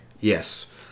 Yes